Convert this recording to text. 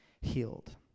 healed